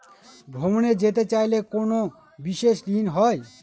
ভ্রমণে যেতে চাইলে কোনো বিশেষ ঋণ হয়?